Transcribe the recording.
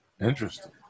Interesting